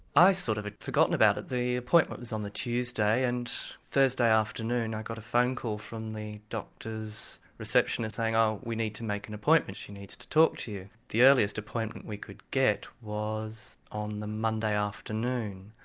i sort of had forgotten about it. the appointment was on the tuesday, and thursday afternoon i got a phone call from the doctor's receptionist saying oh we need to make an appointment, she needs to talk to you. the earliest appointment we could get was on the monday afternoon.